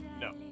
No